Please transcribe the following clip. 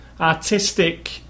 Artistic